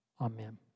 Amen